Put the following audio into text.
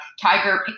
tiger